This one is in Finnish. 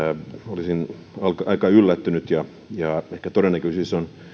olisin aika yllättynyt ehkä on